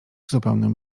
zupełnym